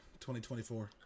2024